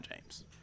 James